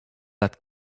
that